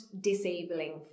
disabling